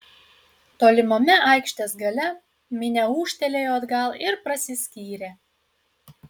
tolimame aikštės gale minia ūžtelėjo atgal ir prasiskyrė